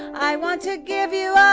i want to give you a